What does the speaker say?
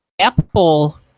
Apple